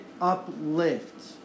uplift